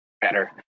better